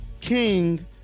king